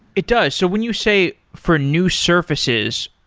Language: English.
it does. so when you say for new surfaces,